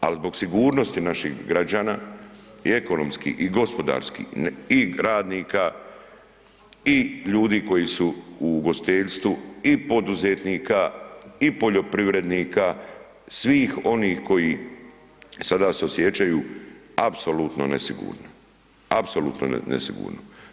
Al zbog sigurnosti naših građana i ekonomski i gospodarski i radnika i ljudi koji su u ugostiteljstvu i poduzetnika i poljoprivrednika, svih onih koji sada se osjećaju apsolutno nesigurno, apsolutno nesigurno.